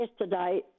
yesterday